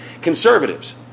Conservatives